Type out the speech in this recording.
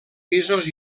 pisos